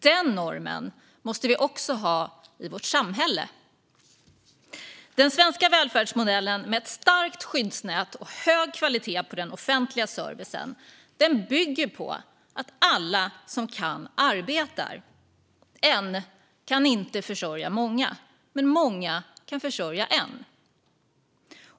Den normen måste vi också ha i vårt samhälle. Den svenska välfärdsmodellen, med ett starkt skyddsnät och hög kvalitet på den offentliga servicen, bygger på att alla som så kan arbetar. En kan inte försörja många, men många kan försörja en.